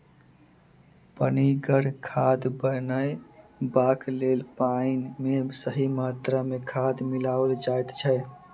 पनिगर खाद बनयबाक लेल पाइन मे सही मात्रा मे खाद मिलाओल जाइत छै